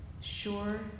Sure